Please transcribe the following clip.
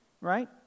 right